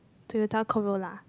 Toyota Corolla